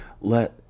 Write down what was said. Let